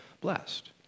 blessed